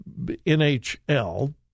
NHL